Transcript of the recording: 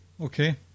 Okay